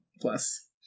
plus